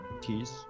tease